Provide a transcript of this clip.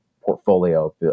portfolio